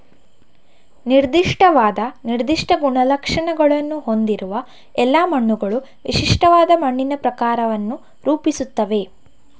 ನಿರ್ದಿಷ್ಟವಾದ ನಿರ್ದಿಷ್ಟ ಗುಣಲಕ್ಷಣಗಳನ್ನು ಹೊಂದಿರುವ ಎಲ್ಲಾ ಮಣ್ಣುಗಳು ವಿಶಿಷ್ಟವಾದ ಮಣ್ಣಿನ ಪ್ರಕಾರವನ್ನು ರೂಪಿಸುತ್ತವೆ